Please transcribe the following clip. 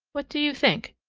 what do you think?